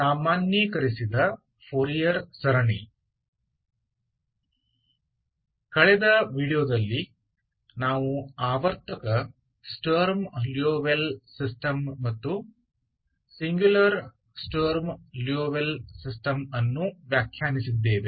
ಸಾಮಾನ್ಯೀಕರಿಸಿದ ಫೋರಿಯರ್ ಸರಣಿ ಕಳೆದ ವೀಡಿಯೊದಲ್ಲಿ ನಾವು ಆವರ್ತಕ ಸ್ಟರ್ಮ್ ಲಿಯೋವಿಲ್ಲೆ ಸಿಸ್ಟಮ್ ಮತ್ತು ಸಿಂಗುಲರ್ ಸ್ಟರ್ಮ್ ಲಿಯೋವಿಲ್ಲೆ ಸಿಸ್ಟಮ್ ಅನ್ನು ವ್ಯಾಖ್ಯಾನಿಸಿದ್ದೇವೆ